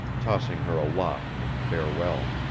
tossing her aloft in farewell.